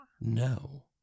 No